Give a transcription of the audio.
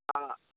ಹಾಂ